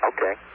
Okay